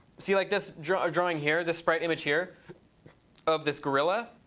see like this drawing drawing here, this sprite image here of this gorilla?